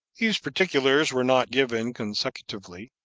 these particulars were not given consecutively,